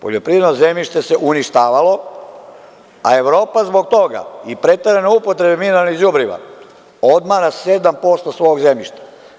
Poljoprivredno zemljište se uništavalo, a Evropa zbog toga i preterane upotrebe mineralnih đubriva odmara 7% svog zemljišta.